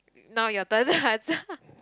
now your turn